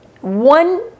One